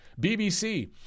BBC